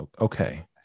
okay